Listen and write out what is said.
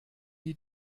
die